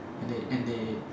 and they and they